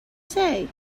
say